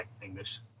English